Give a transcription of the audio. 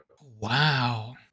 Wow